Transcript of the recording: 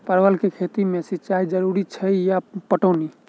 परवल केँ खेती मे सिंचाई जरूरी अछि या पटौनी?